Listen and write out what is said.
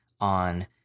on